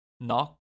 Knock